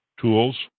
tools